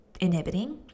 inhibiting